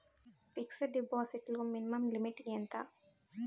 Fixed deposit లో minimum limit ఎంత?